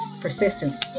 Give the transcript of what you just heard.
persistence